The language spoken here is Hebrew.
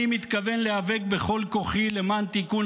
אני מתכוון להיאבק בכל כוחי למען תיקון